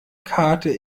karte